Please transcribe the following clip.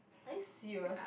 are you serious